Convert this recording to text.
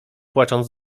płacząc